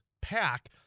pack